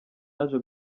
yaje